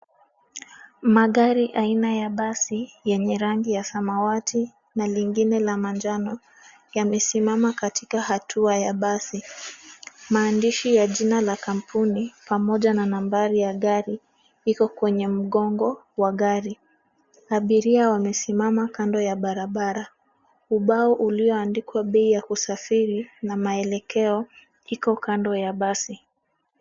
Magari aina ya basi yenye rangi ya samawati na lingine la manjano, yamesimama katika hatua ya basi. Maandishi ya jina la kampuni, pamoja na nambari ya gari iko kwenye mgongo wa gari. Abiria wamesimama kando ya barabara. Ubao ulioandikwa bei ya usafiri na maelekeo, iko kando ya basi.